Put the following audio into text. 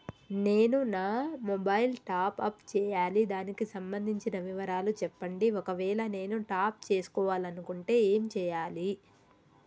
నేను నా mobile top up చేయాలి దానికి సంబంధించిన వివరాలు చెప్పండి ఒకవేళ నేను టాప్ చేసుకోవాలనుకుంటే ఏం చేయాలి?